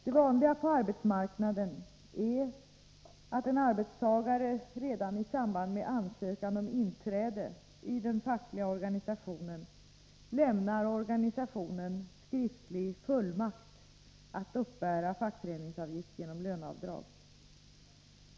Det vanliga på arbetsmarknaden är att en arbetstagare redan i samband med ansökan om inträde i den fackliga organisationen lämnar organisationen skriftlig fullmakt att uppbära fackföreningsavgift genom löneavdrag.